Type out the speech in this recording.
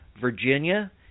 Virginia